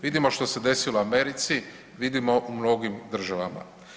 Vidimo što se desilo Americi, vidimo u mnogim državama.